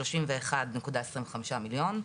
שלושים ואחת נקודה עשרים וחמישה מיליון,